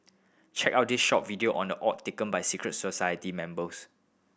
check out this short video on the oath taken by secret society members